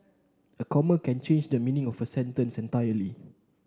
a comma can change the meaning of a sentence entirely